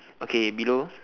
okay below